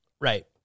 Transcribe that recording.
right